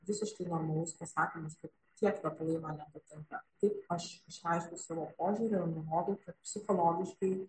visiškai normalu kai sakom mes kad tie kvepalai man nepatinka taip aš aišku savo požiūriu rodau kad psichologiškai